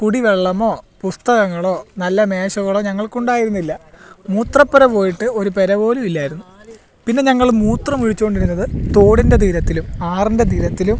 കുടിവെള്ളമോ പുസ്തകങ്ങളോ നല്ല മേശകളോ ഞങ്ങൾക്ക് ഉണ്ടായിരുന്നില്ല മൂത്രപ്പുര പോയിട്ട് ഒരു പുര പോലും ഇല്ലായിരുന്നു പിന്നെ ഞങ്ങൾ മൂത്രമൊഴിച്ചു കൊണ്ടിരുന്നത് തോടിൻ്റെ തീരത്തിലും ആറിൻ്റെ തീരത്തിലും